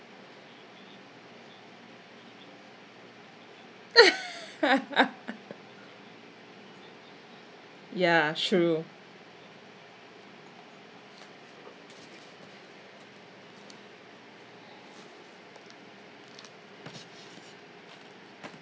ya true